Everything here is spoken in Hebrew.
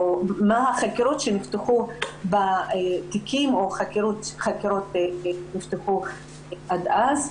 מה החקירות שנפתחו בתיקים או אילו חקירות נפתחו עד אז?